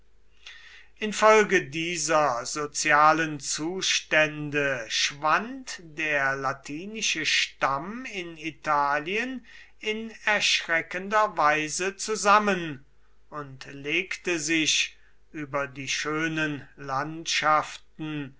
infolge dieser sozialen zustände schwand der latinische stamm in italien in erschreckender weise zusammen und legte sich über die schönen landschaften